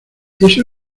eso